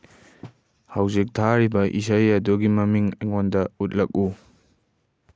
ꯍꯧꯖꯤꯛ ꯊꯥꯔꯤꯕ ꯏꯁꯩ ꯑꯗꯨꯒꯤ ꯃꯃꯤꯡ ꯑꯩꯉꯣꯟꯗ ꯎꯠꯂꯛꯎ